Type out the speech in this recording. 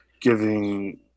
giving –